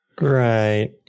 Right